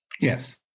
Yes